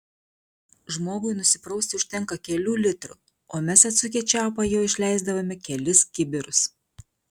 žmogui nusiprausti užtenka kelių litrų o mes atsukę čiaupą jo išleisdavome kelis kibirus